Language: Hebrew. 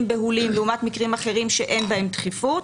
בהולים לעומת מקרים אחרים שאין בהם דחיפות.